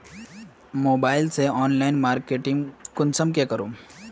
Mobile से online marketing कुंसम के करूम?